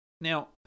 Now